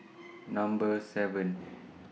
Number seven